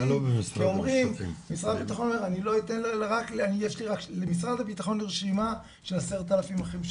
למשרד הבטחון יש רשימה של 10,000 אחים שכולים.